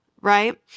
right